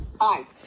hi